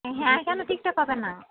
হ্যাঁ কেন ঠিকঠাক হবে না